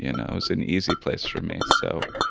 you know was an easy place for me. so